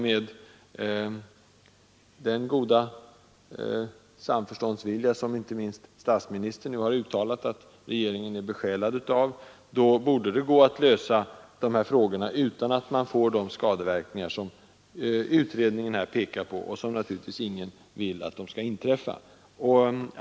Med den goda samförståndsvilja, som inte minst statsministern har uttalat att regeringen är besjälad av, borde det gå att lösa dessa frågor utan att de skador som utredningen pekar på uppstår och som naturligtvis ingen vill skall uppstå.